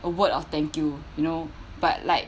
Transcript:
a word of thank you you know but like